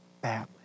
badly